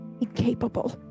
incapable